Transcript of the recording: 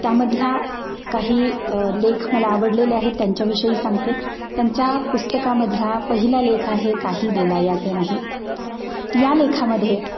त्यामधले काही लेख मला आवडलेले आहेत त्यांच्याविषयी सांगते त्यांच्या पुस्तकामधला पहिला लेख आहे काही बोलायाचे नाही या लेखामध्ये